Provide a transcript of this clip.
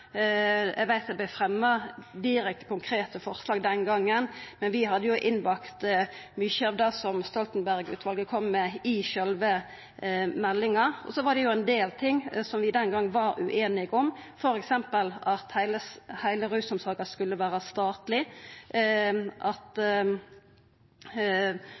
Eg veit at det blei fremja direkte konkrete forslag den gongen, men vi hadde jo innbakt mykje av det som Stoltenberg-utvalet kom med, i sjølve meldinga. Det var ein del ting som vi den gongen var ueinige om, f.eks. at heile rusomsorga skulle vera statleg, så det blei ikkje med, og det ser eg at